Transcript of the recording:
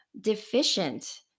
deficient